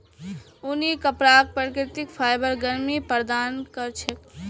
ऊनी कपराक प्राकृतिक फाइबर गर्मी प्रदान कर छेक